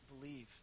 believe